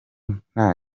nta